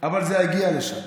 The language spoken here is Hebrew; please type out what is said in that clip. אבל זה יגיע לשם.